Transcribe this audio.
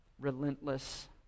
relentless